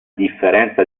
differenza